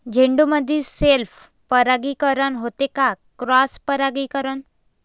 झेंडूमंदी सेल्फ परागीकरन होते का क्रॉस परागीकरन?